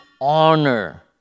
honor